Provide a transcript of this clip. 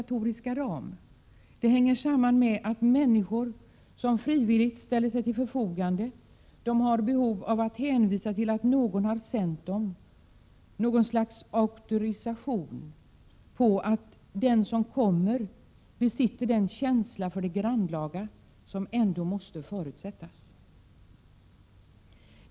1987/88:126 organisatoriska ram hänger samman med att människor som frivilligt ställer sig till förfogande har behov att hänvisa till någon som har sänt dem, något slags auktorisation att den som kommer besitter den känsla för det grannlaga som måste förutsättas.